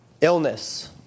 illness